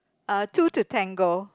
uh two to tango